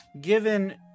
Given